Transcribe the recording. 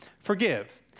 forgive